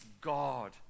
God